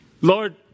Lord